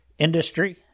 industry